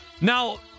Now